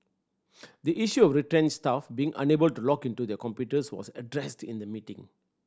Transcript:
the issue of retrenched staff being unable to log into their computers was addressed in the meeting